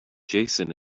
jason